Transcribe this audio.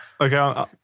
Okay